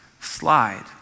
slide